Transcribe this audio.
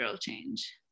change